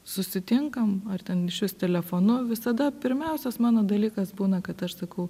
susitinkam ar ten išvis telefonu visada pirmiausias mano dalykas būna kad aš sakau